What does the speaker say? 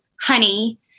honey